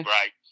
right